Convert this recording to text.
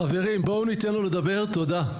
חברים, בואו ניתן לו לדבר, תודה.